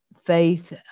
faith